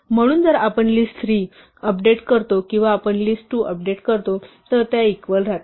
म्हणून जर आपण लिस्ट 3 अपडेट करतो किंवा आपण लिस्ट 2 अपडेट करतो तर त्या इक्वल राहतील